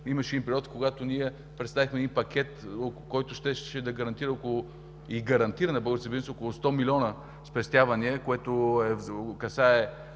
имаше един период, когато ние представихме един пакет, който щеше да гарантира и гарантира на българския бизнес около 100 милиона спестявания, което касае